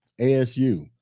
ASU